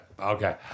Okay